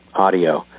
audio